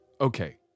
Okay